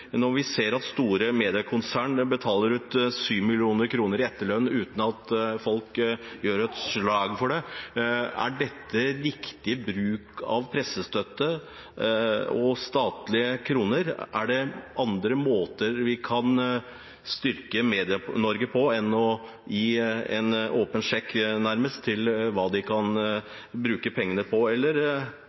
Når vi ser at store mediekonsern utbetaler 7 mill. kr i etterlønn uten at folk gjør et slag for det, er det riktig bruk av pressestøtte og statlige kroner? Er det andre måter vi kan styrke Medie-Norge på enn å gi en åpen sjekk, nærmest, på hva de kan bruke pengene på, eller